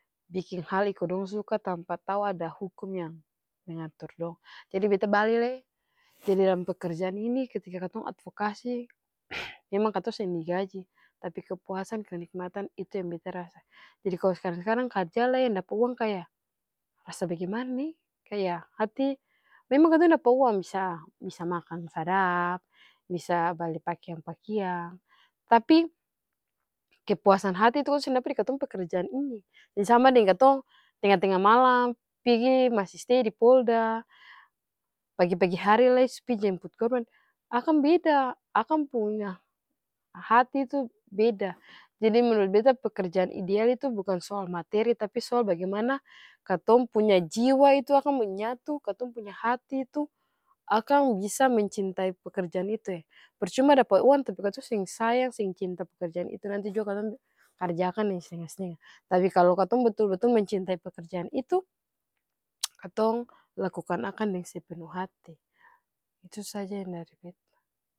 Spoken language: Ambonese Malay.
Biking hal iko dong suka tanpa tau ada hukum yang mengatur dong. Jadi beta bale lai, jadi dalam pekerjaan ini ketika katong advokasi, memang katong seng digaji tapi kepuasan, kenikmatan itu yang beta rasa, jadi kalu skarang-skarang karja lai yang dapa uang kaya, rasa bagimanae, kaya hati? Memang katong dapa uang bisa-bisa makang sadap, bisa bali pakiang-pakiang, tapi kepuasan hati tuh katong seng dapa dari katong pung pekerjaan ini, seng sama deng katong tenga-tenga malam, pigi masi stei di polda, pagi pagi hari lai su pi jemput korban, akang beda akang punya hati tuh beda, jadi menurut beta pekerjaan ideal itu bukan soal materi tapi soal bagimana katong punya jiwa itu akang menyatu, katong punya hati itu akang bisa mencintai pekerjaan itue, percuma dapa uang tapi katong seng sayang seng cinta pekerjaan itu nanti jua katong karja akang deng stenga-stenga. Tapi kalu katong betul-betul mencintai pekerjaan itu katong lakukan akang deng sepenuh hati, itu saja yang dari beta.